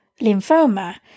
lymphoma